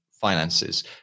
finances